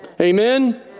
Amen